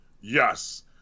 Yes